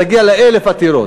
נגיע ל-1,000 עתירות,